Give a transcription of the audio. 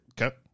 Okay